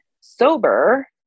sober